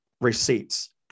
receipts